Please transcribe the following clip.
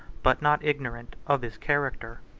but not ignorant of his character.